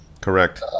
correct